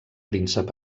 príncep